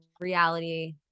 reality-